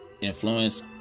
influence